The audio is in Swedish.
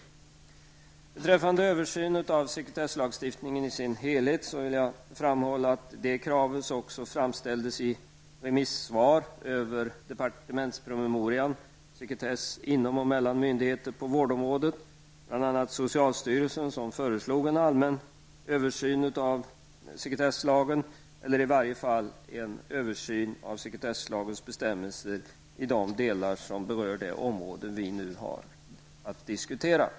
När det gäller frågan om en översyn av sekretesslagstiftningen i dess helhet vill jag framhålla att det kravet också framställts i remissvar över departementspromemorian Sekretess inom och mellan myndigheter på vårdområdet. Bl.a. föreslog socialstyrelsen en allmän översyn av sekretesslagen eller i varje fall en översyn av sekretesslagens bestämmelse i de delar som berör det område som vi nu har att diskutera.